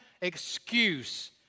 excuse